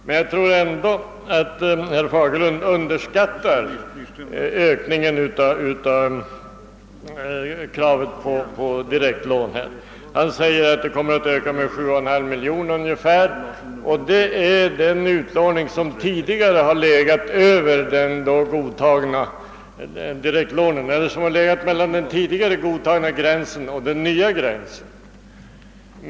Men jag tror ändå att herr Fagerlund underskattar ökningen av kraven på direktlån. Han sade att de kommer att öka med ungefär 7,5 miljoner, och det är den utlåning som ligger mellan den tidigare godtagna gränsen och den nya gränsen.